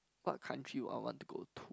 what country will I want to go to